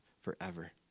forever